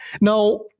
Now